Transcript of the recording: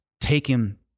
taken